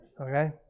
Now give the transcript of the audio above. Okay